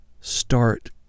Start